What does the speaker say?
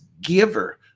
giver